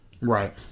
Right